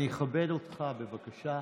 אני אכבד אותך, בבקשה.